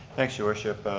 thanks your worship.